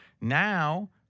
Now